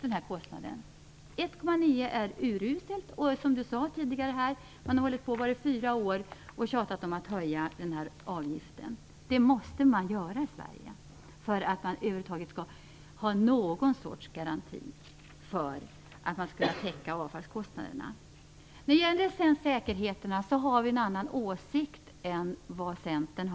En avgift om 1,9 öre är urusel. Som Roland Larsson tidigare sade har man i fyra år tjatat om att denna avgift skall höjas. Det måste man göra för att vi i Sverige över huvud taget skall ha någon garanti för täckande av avfallskostnaderna. När det sedan gäller säkerheterna har vi en annan åsikt än Centern.